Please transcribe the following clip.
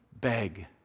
beg